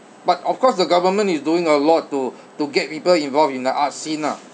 but of course the government is doing a lot to to get people involved in the arts scene lah